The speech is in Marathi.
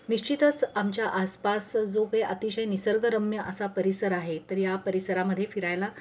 निश्चितच आमच्या आसपास जो काही अतिशय निसर्गरम्य असा परिसर आहे तर या परिसरामध्ये फिरायला